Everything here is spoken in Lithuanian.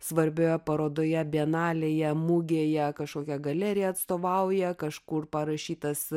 svarbioje parodoje bienalėje mugėje kažkokia galerija atstovauja kažkur parašytas